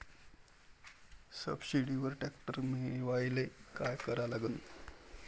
सबसिडीवर ट्रॅक्टर मिळवायले का करा लागन?